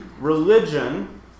religion